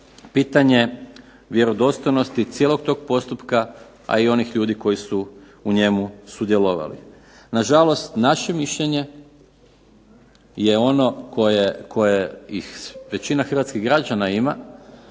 pitanje vjerodostojnosti cijelog tog postupka, a i onih ljudi koji su u njemu sudjelovali. Nažalost, naše mišljenje je koje i većina hrvatskih građana ima,